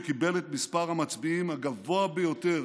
שקיבל את מספר המצביעים הגבוה ביותר